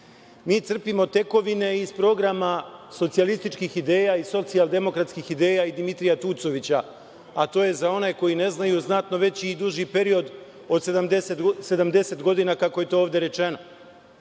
Mi crpimo tekovine iz programa socijalističkih ideja i socijaldemokratskih ideja i Dimitrija Tucovića, a to je za one koji ne znaju znatno veći i duži period od 70 godina kako je to ovde rečeno.